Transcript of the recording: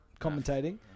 commentating